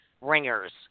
ringers